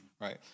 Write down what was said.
right